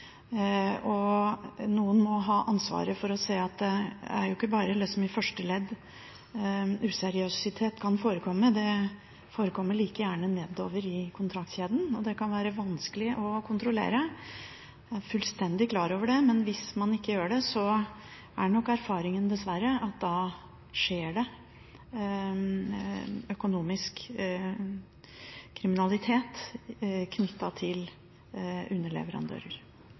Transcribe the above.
Noen må ha ansvaret for å se at det ikke bare er i første ledd useriøsitet kan forekomme, det forekommer like gjerne nedover i kontraktskjeden. Og det kan være vanskelig å kontrollere, jeg er fullstendig klar over det, men hvis man ikke gjør det, så er nok erfaringen dessverre at da skjer det økonomisk kriminalitet knyttet til